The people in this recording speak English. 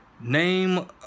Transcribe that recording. name